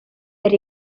per